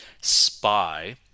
SPY